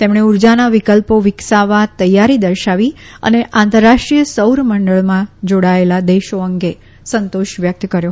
તેમણે ઉર્જાના વિકલ્પો વિકસાવવા તૈયારી દર્શાવી અને આંતરરાષ્ટ્રીય સૌર મંડપમાં જાડાયેલા દેશો અંગે સંતોષ વ્યકત કર્યો